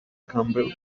campbell